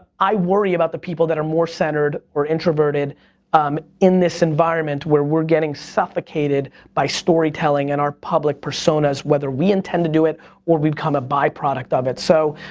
i worry about the people that are more centered or introverted um in this environment where we're getting suffocated by storytelling and our public personas, whether we intend to do it or we become a byproduct of it. so,